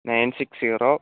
nine six zero